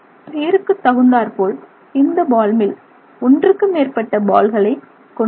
பெயருக்குத் தகுந்தாற்போல் இந்த ball mill ஒன்றுக்கு மேற்பட்ட பால்களை கொண்டுள்ளது